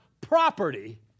property